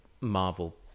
Marvel